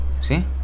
see